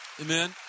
Amen